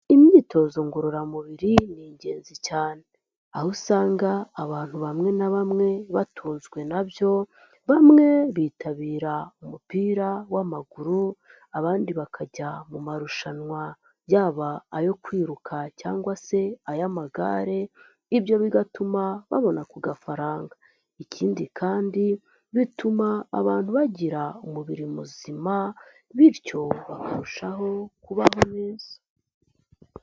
Imyitozo ngororamubiri ni ingenzi cyane aho usanga abantu bamwe na bamwe batunzwe nabyo, bamwe bitabira umupira w'amaguru, abandi bakajya mu marushanwa yaba ayo kwiruka cyangwa se ay'amagare, ibyo bigatuma babona ku gafaranga. Ikindi kandi bituma abantu bagira umubiri muzima bityo bakarushaho kubaho neza.